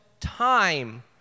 time